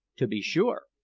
to be sure,